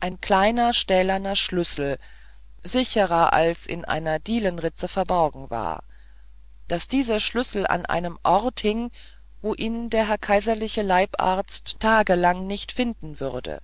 ein kleiner stählerner schlüssel sicherer als in einer dielenritze verborgen war daß dieser schlüssel an einem ort hing wo ihn der herr kaiserliche leibarzt tagelang nicht finden würde